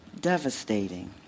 devastating